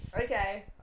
Okay